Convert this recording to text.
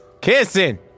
Kissing